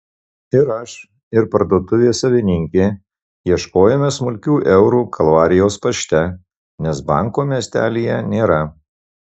ir aš ir parduotuvės savininkė ieškojome smulkių eurų kalvarijos pašte nes banko miestelyje nėra